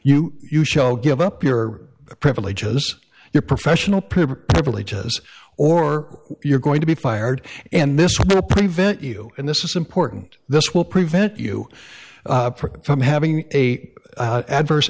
you you show give up your privileges your professional privileges or you're going to be fired and this will prevent you and this is important this will prevent you from having a adverse